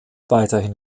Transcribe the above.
weiterhin